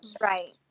Right